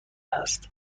هست